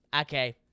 okay